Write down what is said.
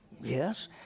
Yes